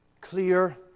Clear